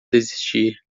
desistir